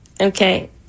Okay